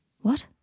What